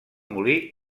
molí